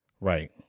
right